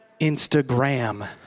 Instagram